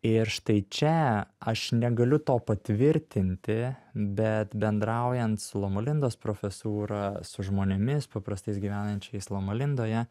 ir štai čia aš negaliu to patvirtinti bet bendraujant su loma lindos profesūra su žmonėmis paprastais gyvenančiais loma lindoje